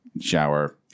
shower